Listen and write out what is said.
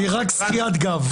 רק שחיית גב.